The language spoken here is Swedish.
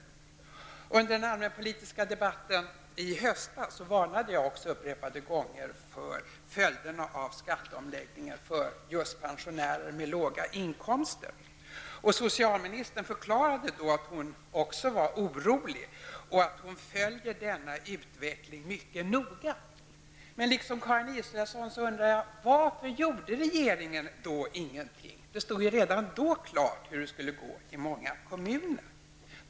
Under den allmänpolitiska debatten i höstas varnade jag också upprepade gånger för följderna av skatteomläggningen för pensionärer med låga inkomster. Ingela Thalén förklarade till sist att hon också var orolig och att hon ''följer denna utveckling mycket noga''. Men liksom Karin Israelsson undrar jag varför man ingenting gjorde, när det redan stod klart hur det skulle gå i många kommuner.